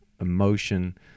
emotion